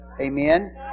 Amen